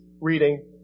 reading